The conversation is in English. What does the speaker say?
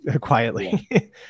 quietly